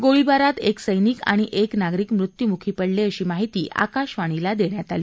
गोळीबारात एक सैनिक आणि एक नागरिक मृत्यूमुखी पडले अशी माहिती आकाशवाणीला देण्यात आली